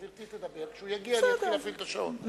גברתי תדבר, כשהוא יגיע נתחיל להפעיל את השעון.